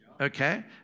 Okay